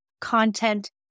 content